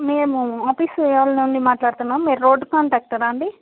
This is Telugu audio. మేము ఆఫీస్ వాళ్ళ నుండి మాట్లాడుతున్నాము మీరు రోడ్ కాంట్రాక్టరా అండి